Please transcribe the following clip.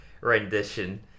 rendition